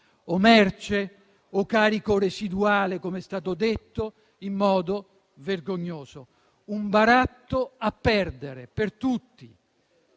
o merce o carico residuale, come è stato detto in modo vergognoso. Un baratto a perdere, per tutti.